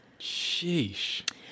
Sheesh